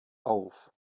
auf